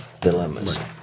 dilemmas